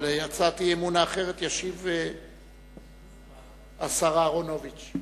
על הצעת האי-אמון האחרת ישיב השר אהרונוביץ.